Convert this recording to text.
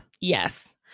Yes